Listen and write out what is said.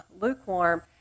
lukewarm